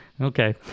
Okay